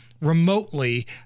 remotely